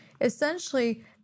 Essentially